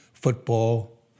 Football